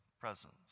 presence